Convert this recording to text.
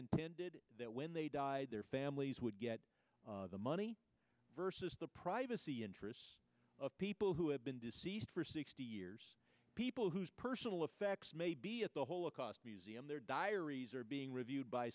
intended that when they died their families would get the money versus the privacy interests of people who have been deceased for sixty years people whose personal effects may be at the whole a cost museum their diaries are being reviewed by